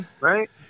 right